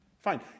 Fine